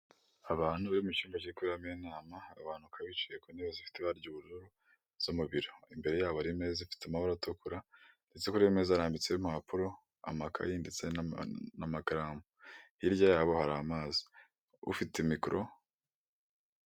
Abantu bari mu cyumba kiri kuberamo inama, abo bantu bakaba bicaye ku ntebe zifite ibara ry'ubururu zo mu biro, imbere yabo hari imeza ifite amabara atukura ndetse kuri iyo meza harambitseho impapuro, amakayi ndetse n'amakaramu, hirya yabo hari amazi, ufite mikoro.